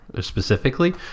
specifically